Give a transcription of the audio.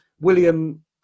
William